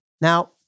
now